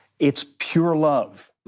it's pure love.